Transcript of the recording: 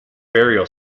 burial